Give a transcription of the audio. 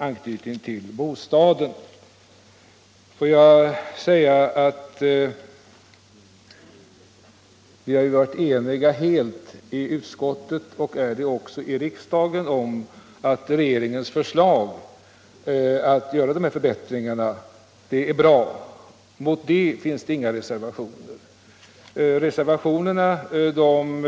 Vi har varit helt eniga i utskottet och är det också i riksdagen om att regeringens förslag till förbättringar är bra. Mot det finns inga reservationer. Reservationerna tar